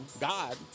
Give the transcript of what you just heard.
God